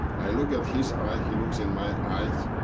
i look at his eye, he looks in my eyes,